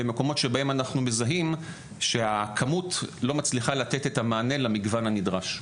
במקומות שבהם אנחנו מזהים שהכמות לא מצליחה לתת את המענה למגוון הנדרש.